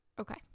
Okay